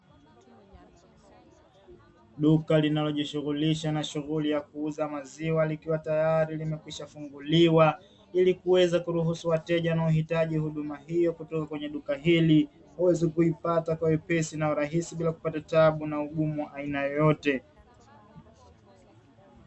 Duka linalojishughulisha na shughuli ya kuuza maziwa, likiwa tayari limekwisha funguliwa ili kuweza kuruhusu wateja wanaohitaji huduma hiyo kutoka kwenye duka hili waweze kuipata kwa wepesi na urahisi bila kupata tabu na ugumu wa aina yoyote.